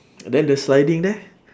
and then the sliding there